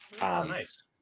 Nice